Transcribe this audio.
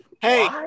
Hey –